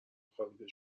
خوابیده